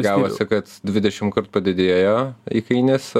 gavosi kad dvidešimt kartų padidėjo įkainis